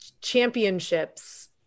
championships